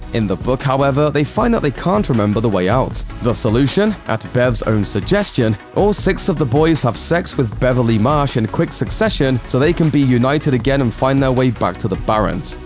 in the book, however, they find that they can't remember the way out. the solution? at bev's own suggestion, all six of the boys have sex with beverly marsh in quick succession so they can be united again and find their way back to the barrens.